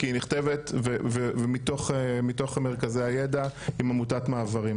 היא נכתבת מתוך מרכזי הידע עם עמותת מעברים.